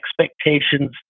expectations